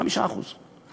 5%;